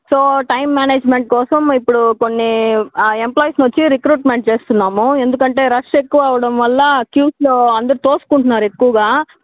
so time management కోసం ఇప్పుడు కొన్ని ఎంప్లాయిస్ని వచ్చి రిక్రూట్మెంట్ చేస్తున్నాము ఎందుకంటే రష్ ఎక్కువ అవ్వడం వల్ల క్యూస్లో అందరూ తోసుకుంటున్నారు ఎక్కువగా